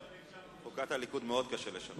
את חוקת הליכוד מאוד קשה לשנות.